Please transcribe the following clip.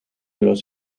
los